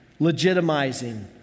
legitimizing